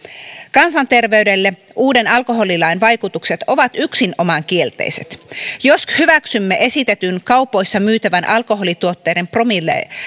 kansanterveydelle uuden alkoholilain vaikutukset ovat yksinomaan kielteiset jos hyväksymme esitetyn kaupoissa myytävän alkoholituotteiden